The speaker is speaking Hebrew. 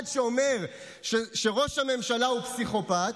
אחד שאומר שראש הממשלה הוא פסיכופת,